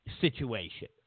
situation